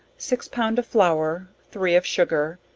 six pound of flour, three of sugar,